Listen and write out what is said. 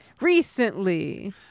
Recently